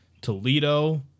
Toledo